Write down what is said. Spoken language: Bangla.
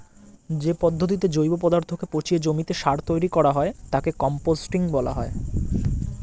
যে পদ্ধতিতে জৈব পদার্থকে পচিয়ে জমিতে সার তৈরি করা হয় তাকে কম্পোস্টিং বলা হয়